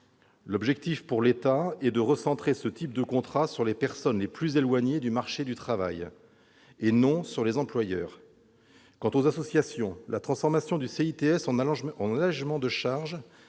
L'objectif de l'État est de recentrer ce type de contrats sur les personnes les plus éloignées du marché du travail et non sur les employeurs. Quant aux associations, la transformation du crédit d'impôt sur